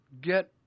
get